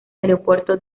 aeropuerto